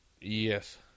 yes